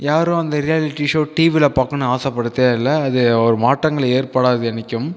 யாரும் அந்த reality show டிவியில் பார்க்கணும் ஆசைப்படதேயில்ல அது ஒரு மாற்றங்கள் ஏற்படாது என்னைக்கியும்